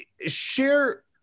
Share